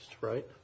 right